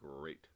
great